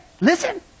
Listen